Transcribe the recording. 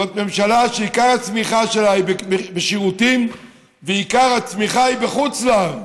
זאת ממשלה שעיקר הצמיחה שלה הוא בשירותים ועיקר הצמיחה הוא בחוץ לארץ.